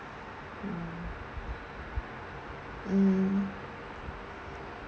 mm mm